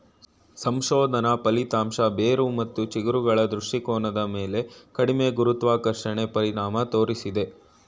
ಸಂಶೋಧನಾ ಫಲಿತಾಂಶ ಬೇರು ಮತ್ತು ಚಿಗುರುಗಳ ದೃಷ್ಟಿಕೋನದ ಮೇಲೆ ಕಡಿಮೆ ಗುರುತ್ವಾಕರ್ಷಣೆ ಪರಿಣಾಮ ತೋರ್ಸಿದೆ